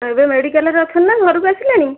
ଏବେ ମେଡ଼ିକାଲ ରେ ଅଛନ୍ତି ନା ଘରକୁ ଆସିଲେଣି